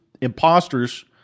imposters